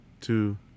Two